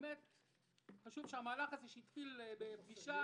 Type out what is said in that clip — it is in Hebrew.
חשוב שהמהלך הזה, שהתחיל בפגישה